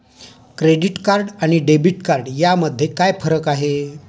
Credit card आणि debit card यामध्ये काय फरक आहे?